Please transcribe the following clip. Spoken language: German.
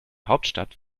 hauptstadt